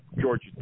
Georgia